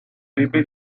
bébé